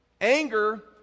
Anger